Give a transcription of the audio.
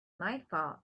nightfall